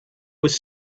was